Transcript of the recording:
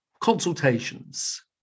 consultations